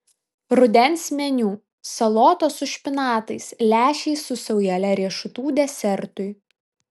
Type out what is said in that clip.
rudens meniu salotos su špinatais lęšiai su saujele riešutų desertui